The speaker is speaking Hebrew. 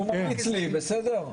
הוא ממליץ לי, בסדר?